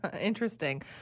Interesting